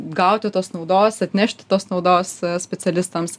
gauti tos naudos atnešti tos naudos specialistams